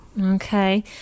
Okay